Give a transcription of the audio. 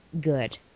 good